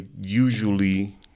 usually